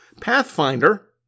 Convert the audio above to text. Pathfinder